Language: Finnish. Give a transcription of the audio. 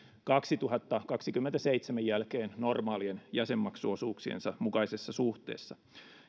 kaksituhattakaksikymmentäseitsemän jälkeen normaalien jäsenmaksuosuuksiensa mukaisessa suhteessa